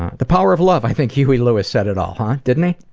the power of love. i think huey lewis said it all, ah didn't he?